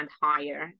higher